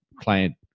client